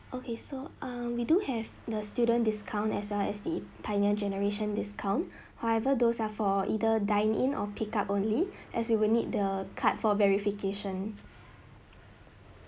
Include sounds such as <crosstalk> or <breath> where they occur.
okay so err we do have the student discount as well as the pioneer generation discount <breath> however those are for either dine in or pick up only as we will need the card for verification